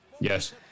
Yes